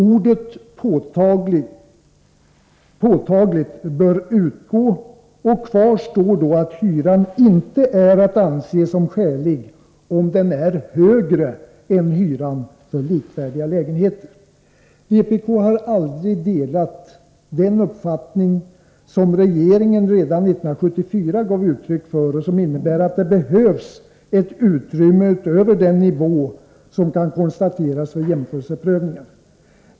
Ordet ”påtagligt” bör utgå, och då kommer hyran inte att anses som skälig om den är högre än hyran för likvärdiga lägenheter. Vpk har aldrig delat den uppfattning som regeringen redan 1974 gav uttryck för och som innebär att det behövs ett utrymme utöver den nivå som kan konstateras vid jämförelseprövningar.